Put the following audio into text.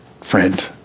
friend